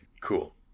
cool